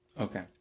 Okay